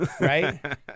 Right